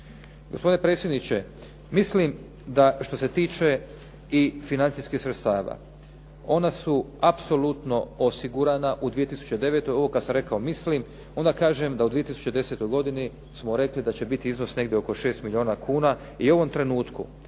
Gospodine predsjedniče, mislim da što se tiče i financijskih sredstava ona su apsolutno osigurana u 2009. Ovo kad sam rekao mislim onda kažem da u 2010. godini smo rekli da će biti iznos negdje oko 6 milijuna kuna i u ovom trenutku